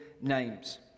names